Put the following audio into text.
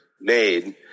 made